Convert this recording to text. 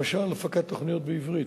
למשל, הפקת תוכניות בעברית.